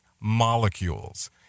molecules